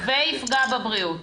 ויפגע בבריאות.